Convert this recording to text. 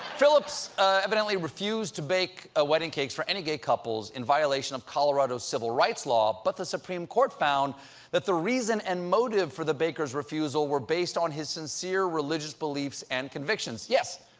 philips evidently refused to bake a wedding cake for any gay couples in violation of colorado's civil rights law but the supreme court found that the reason and motive for the baker's refusal were based on his sincere religious beliefs and convictions, yes,